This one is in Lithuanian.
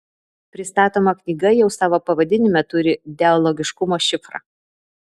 pristatoma knyga jau savo pavadinime turi dialogiškumo šifrą